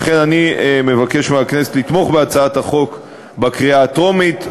לכן אני מבקש מהכנסת לתמוך בהצעת החוק בקריאה הטרומית,